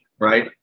right